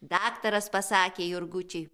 daktaras pasakė jurgučiui